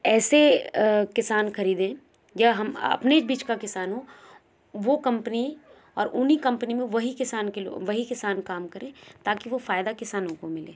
ऐसे किसान खरीदें या हम अपने बीच का किसान हो वो कंपनी और उन्हीं कंपनी में वही किसान के लोग वही किसान काम करें ताकि वो फ़ायदा किसानों को मिले